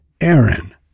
Aaron